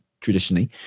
traditionally